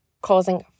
causing